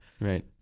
Right